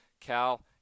Cal